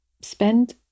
spend